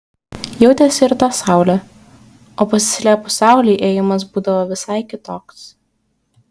jautėsi ir ta saulė o pasislėpus saulei ėjimas būdavo visai kitoks